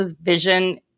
vision